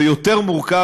זה יותר מורכב.